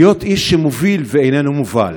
להיות איש שמוביל ואיננו מובל.